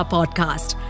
Podcast